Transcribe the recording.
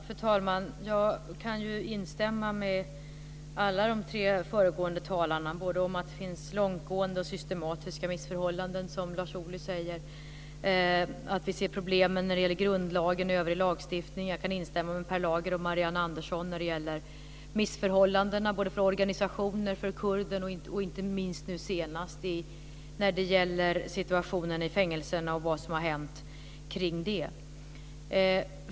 Fru talman! Jag kan instämma med alla de tre föregående talarna och i att det finns långtgående och systematiska missförhållanden, som Lars Ohly säger. Vi ser problemen när det gäller grundlagen och övrig lagstiftning. Jag kan instämma med Per Lager och Marianne Andersson när det gäller missförhållandena för organisationer, för kurder och inte minst när det gäller situationen i fängelserna och vad som har hänt kring det.